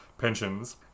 pensions